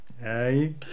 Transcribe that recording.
Hey